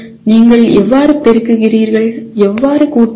நீங்கள் எவ்வாறு பெருக்குகிறீர்கள் எவ்வாறு கூட்டுவது